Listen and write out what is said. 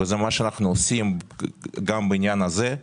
וזה מה שאנחנו עושים גם בעניין הזה.